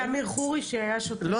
זה אמיר חורי שהיה שם --- חבר'ה,